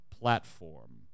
platform